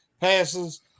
passes